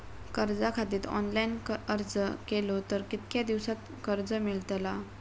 कर्जा खातीत ऑनलाईन अर्ज केलो तर कितक्या दिवसात कर्ज मेलतला?